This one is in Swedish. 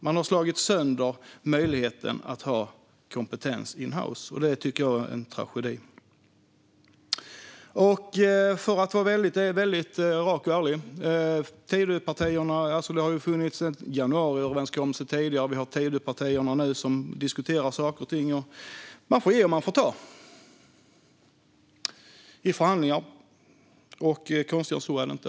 Man har slagit sönder möjligheten att ha kompetens in-house, och det tycker jag är en tragedi. Jag ska vara väldigt rak och ärlig. Det har ju funnits en januariöverenskommelse tidigare. Nu har vi Tidöpartierna som diskuterar saker och ting. Man får ge och ta i förhandlingar. Konstigare än så är det inte.